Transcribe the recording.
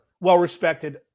well-respected